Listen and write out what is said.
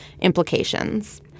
implications